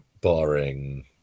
barring